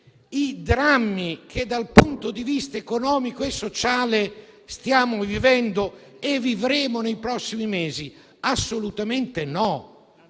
i drammi che dal punto di vista economico e sociale stiamo vivendo e vivremo nei prossimi mesi? Assolutamente no.